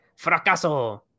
fracaso